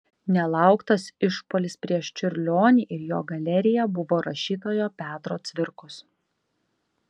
nelauktas išpuolis prieš čiurlionį ir jo galeriją buvo rašytojo petro cvirkos